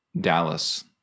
Dallas